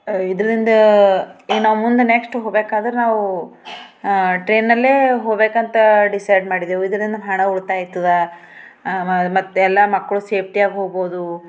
ಇದರಿಂದ ಈ ನಾವು ಮುಂದೆ ನೆಕ್ಸ್ಟ್ ಹೋಗ್ಬೇಕಾದ್ರೆ ನಾವು ಟ್ರೈನಲ್ಲೆ ಹೋಗ್ಬೇಕಂತ ಡಿಸೈಡ್ ಮಾಡಿದೆವು ಇದರಿಂದ ಹಣ ಉಳಿತಾಯ ಆಗ್ತದ ಮತ್ತೆ ಎಲ್ಲ ಮಕ್ಕಳು ಸೇಫ್ಟಿಯಾಗಿ ಹೋಗ್ಬೋದು